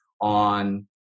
on